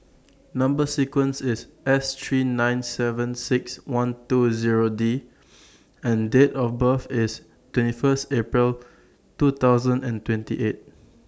Number sequence IS S three nine seven six one two Zero D and Date of birth IS twenty First April two thousand and twenty eight